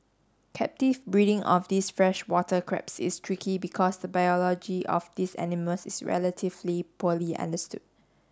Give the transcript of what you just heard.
captive breeding of these freshwater crabs is tricky because the biology of these animals is relatively poorly understood